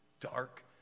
dark